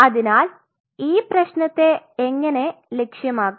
അതിനാൽ ഈ പ്രേശ്നത്തെ എങ്ങനെ ലക്ഷ്യമാകാം